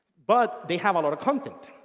but they have a lot of content.